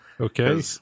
Okay